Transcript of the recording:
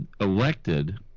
elected